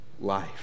life